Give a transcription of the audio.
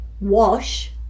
wash